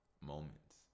moments